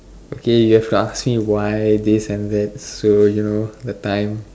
okay so you have to ask why this and that so you know that time